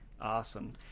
Awesome